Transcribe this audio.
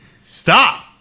stop